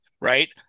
right